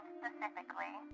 specifically